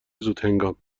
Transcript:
زودهنگام